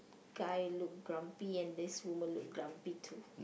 guy look grumpy and this woman look grumpy too